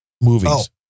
movies